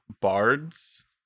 bards